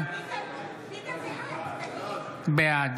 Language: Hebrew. בעד